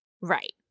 Right